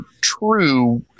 true